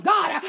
God